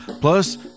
Plus